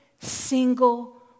single